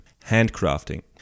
Handcrafting